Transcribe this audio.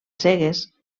cegues